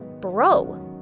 bro